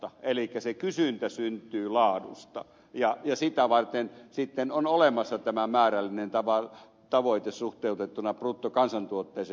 elikkä se kysyntä syntyy laadusta ja sitä varten sitten on olemassa tämä määrällinen tavoite suhteutettuna bruttokansantuotteeseen